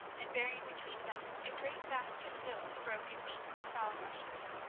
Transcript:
and bearing between them a great basket filled with broken meats and foul rushes.